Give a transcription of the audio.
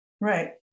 Right